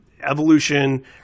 evolution